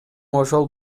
ошол